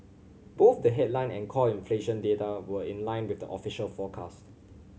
both the headline and core inflation data were in line with the official forecast